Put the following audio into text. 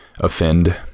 offend